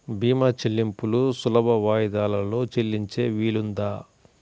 భీమా చెల్లింపులు సులభ వాయిదాలలో చెల్లించే వీలుందా?